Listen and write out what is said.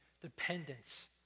dependence